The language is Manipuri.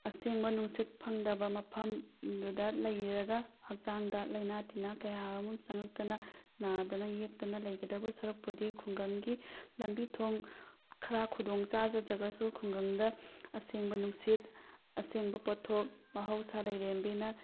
ꯑꯁꯦꯡꯕ ꯅꯨꯡꯁꯤꯠ ꯐꯪꯗꯕ ꯃꯐꯝꯗꯨꯗ ꯂꯩꯔꯒ ꯍꯛꯆꯥꯡꯗ ꯂꯥꯏꯅꯥ ꯇꯤꯟꯅꯥ ꯀꯌꯥꯔꯣꯝ ꯆꯪꯉꯛꯇꯅ ꯅꯥꯗꯅ ꯌꯦꯛꯇꯅ ꯂꯩꯒꯗꯧꯕꯩ ꯁꯔꯨꯛꯄꯨꯗꯤ ꯈꯨꯡꯒꯪꯒꯤ ꯂꯝꯕꯤ ꯊꯣꯡ ꯈꯔ ꯈꯨꯗꯣꯡ ꯆꯥꯖꯗ꯭ꯔꯒꯁꯨ ꯈꯨꯡꯒꯪꯗ ꯑꯁꯦꯡꯕ ꯅꯨꯡꯁꯤꯠ ꯑꯁꯦꯡꯕ ꯄꯣꯠꯊꯣꯛ ꯃꯍꯧꯁꯥ ꯂꯥꯏꯔꯦꯝꯕꯤꯅ